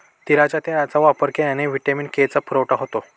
तिळाच्या तेलाचा वापर केल्याने व्हिटॅमिन के चा पुरवठा होतो